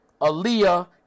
Aaliyah